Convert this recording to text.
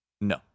No